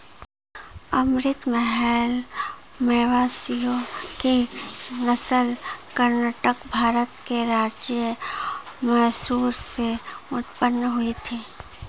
अमृत महल मवेशियों की नस्ल कर्नाटक, भारत के राज्य मैसूर से उत्पन्न हुई थी